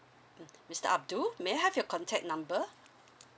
mm mister abdul may I have your contact number